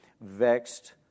vexed